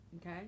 okay